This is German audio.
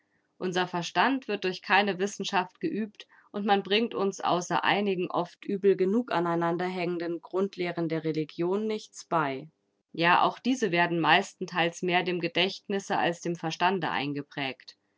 unser verstand wird durch keine wissenschaft geübt und man bringt uns außer einigen oft übel genug aneinander hängenden grundlehren der religion nichts bei ja auch diese werden meistentheils mehr dem gedächtnisse als dem verstande eingeprägt